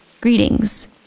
greetings